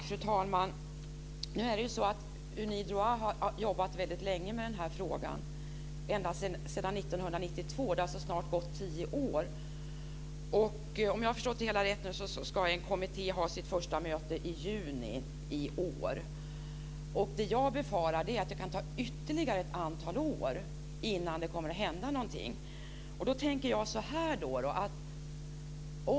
Fru talman! Unidroit har jobbat väldigt länge med frågan - ända sedan år 1992. Det har alltså snart gått tio år. Om jag förstår det hela rätt ska en kommitté ha sitt första möte i juni i år. Vad jag befarar är att det kan ta ytterligare ett antal år innan något händer.